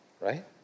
right